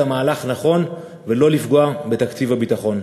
המהלך נכון ולא לפגוע בתקציב הביטחון.